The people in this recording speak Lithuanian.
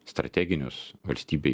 strateginius valstybei